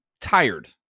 tired